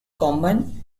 common